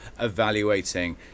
Evaluating